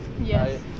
yes